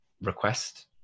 request